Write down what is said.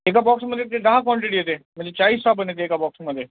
एका बॉक्समध्ये ते दहा क्वाँटिटी येते म्हणजे चाळीस साबण येते एका बॉक्सममध्ये